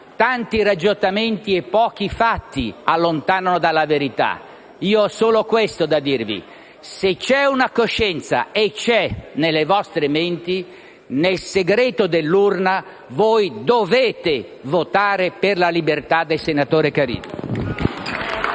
tanti ragionamenti e pochi fatti allontanano dalla verità. Ho solo questo da dirvi: se c'è una coscienza e c'è nelle vostre menti, nel segreto dell'urna, voi dovete votare per la libertà del senatore Caridi.